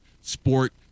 sport